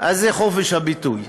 זה חופש הביטוי,